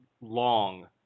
long